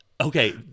okay